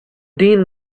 dean